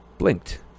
blinked